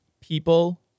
People